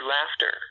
Laughter